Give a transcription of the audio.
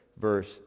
verse